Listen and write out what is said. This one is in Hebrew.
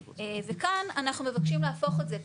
וכאן, אנחנו מבקשים להפוך את זה.